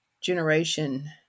generation